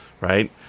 right